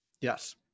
Yes